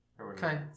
Okay